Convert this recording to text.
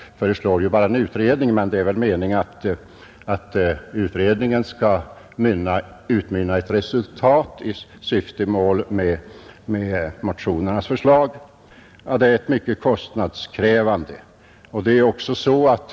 Man föreslår visserligen bara en utredning, men meningen är väl att utredningen skall utmynna i ett resultat enligt motionernas förslag.